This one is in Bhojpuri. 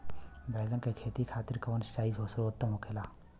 बैगन के खेती खातिर कवन सिचाई सर्वोतम होखेला?